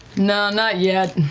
no, not yet.